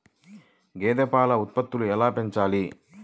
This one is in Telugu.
గేదె పాల ఉత్పత్తులు ఎలా పెంచాలి?